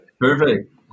Perfect